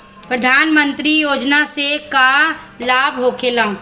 प्रधानमंत्री योजना से का लाभ होखेला?